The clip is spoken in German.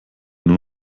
nur